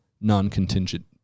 non-contingent